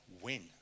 win